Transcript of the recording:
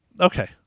Okay